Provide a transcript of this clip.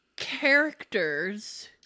characters